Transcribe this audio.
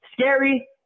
Scary